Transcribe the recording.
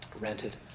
rented